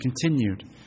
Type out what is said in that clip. continued